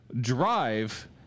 Drive